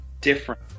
different